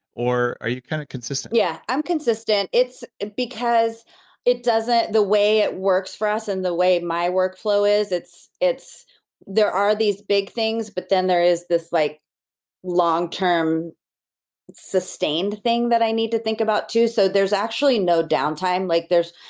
or are you kind of consistent? yeah i'm consistent, because it doesn't. the way it works for us and the way my work flow is, it's it's there are these big things, but then there is this like long term sustained thing that i need to think about, too. so there's actually no down time like there's